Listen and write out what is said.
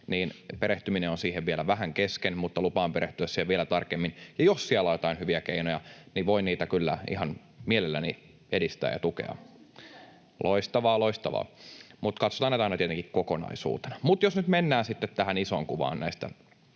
niin perehtyminen siihen on vielä vähän kesken, mutta lupaan perehtyä siihen vielä tarkemmin ja jos siellä jotain hyviä keinoja, niin voin niitä kyllä ihan mielelläni edistää ja tukea. [Maria Guzenina: Äänestys tulee! Kiitos!] — Loistavaa, loistavaa, mutta katsotaan näitä aina tietenkin kokonaisuutena. Mutta jos nyt mennään sitten tähän isoon kuvaan näistä